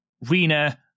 Rina